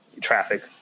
traffic